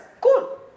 Cool